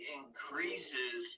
increases